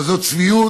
אבל זאת צביעות.